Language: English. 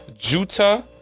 Juta